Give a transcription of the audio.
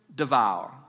devour